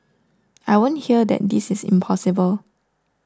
I won't hear that this is impossible